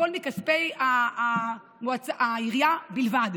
הכול מכספי העירייה בלבד,